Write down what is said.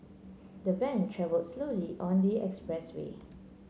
the van travelled slowly on the expressway